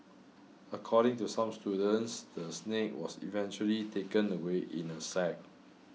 according to some students the snake was eventually taken away in a sack